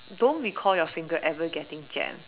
don't recall your finger ever getting jammed